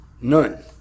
none